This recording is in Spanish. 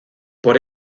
por